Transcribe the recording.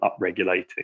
upregulating